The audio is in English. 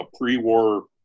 pre-war